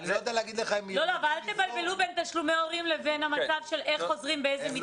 אל תבלבלו בין תשלומי הורים לבין המצב של המתווה לפיו חוזרים.